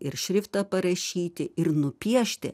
ir šriftą parašyti ir nupiešti